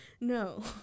No